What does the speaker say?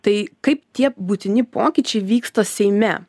tai kaip tie būtini pokyčiai vyksta seime